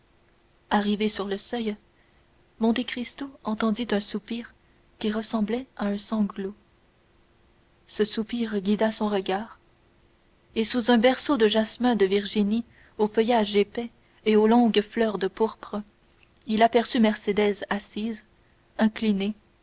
arrivé sur le seuil monte cristo entendit un soupir qui ressemblait à un sanglot ce soupir guida son regard et sous un berceau de jasmin de virginie au feuillage épais et aux longues fleurs de pourpre il aperçut mercédès assise inclinée